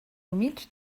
humits